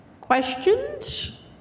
Questions